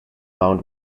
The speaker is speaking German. mount